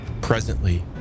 Presently